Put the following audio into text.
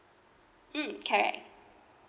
mm correct